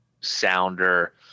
sounder